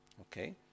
okay